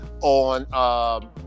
on